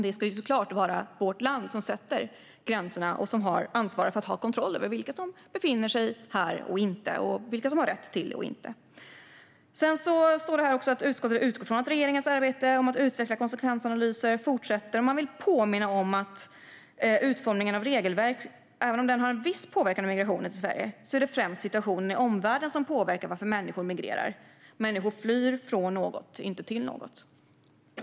Det ska såklart vara vårt land som sätter gränserna och som ansvarar för att ha kontroll över vilka som befinner sig här och inte, och vilka som har rätt till det och inte. Sedan står det också att utskottet utgår från att regeringens arbete med att utveckla konsekvensanalyser fortsätter, och man vill påminna om att utformningen av regelverk visserligen har en viss påverkan på migrationen till Sverige men att det främst är situationen i omvärlden som påverkar att människor migrerar. Människor flyr från något, inte till något.